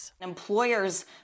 Employers